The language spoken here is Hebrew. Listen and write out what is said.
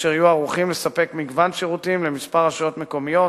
אשר יהיו ערוכים לספק מגוון שירותים לכמה רשויות מקומיות,